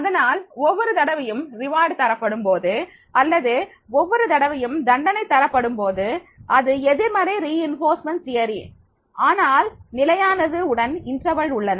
அதனால் ஒவ்வொரு தடவையும் வெகுமதி தரப்படும்போது அல்லது ஒவ்வொரு தடவையும் தண்டனை தரப்படும்போது அது எதிர்மறை வலுவூட்டல் கோட்பாடுஆனால் நிலையானது உடன் இடைவெளி உள்ளன